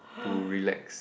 to relax